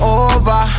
over